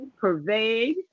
pervade